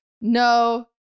No